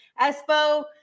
Espo